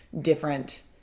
different